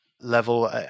level